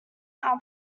now